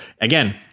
again